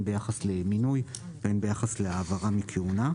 אם ביחס למינוי ואם ביחס להעברה מכהונה.